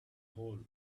hole